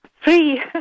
free